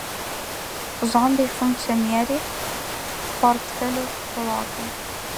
zombiai funkcionieriai portfelių pilotai